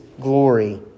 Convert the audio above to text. glory